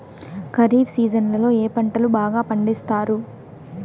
ఖరీఫ్ సీజన్లలో ఏ పంటలు బాగా పండిస్తారు